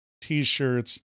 t-shirts